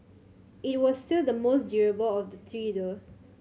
it was still the most durable of the three though